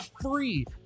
free